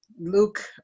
Luke